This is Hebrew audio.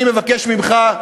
אני מבקש ממך,